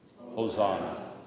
Hosanna